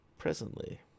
Presently